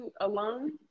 alone